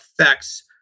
affects